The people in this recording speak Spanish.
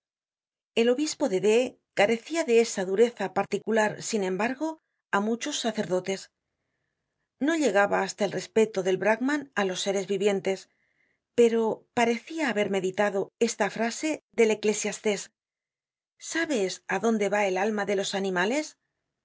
el obispo de d carecia de esa dureza particular sin embargo á muchos sacerdotes no llegaba hasta el respeto del brahman á los seres vivientes pero parecia haber meditado esta frase del eclesiástes sabes á donde va el alma de los animales